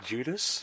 Judas